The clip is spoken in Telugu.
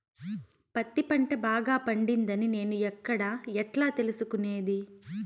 పత్తి పంట బాగా పండిందని నేను ఎక్కడ, ఎట్లా తెలుసుకునేది?